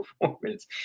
performance